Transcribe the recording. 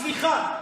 סליחה.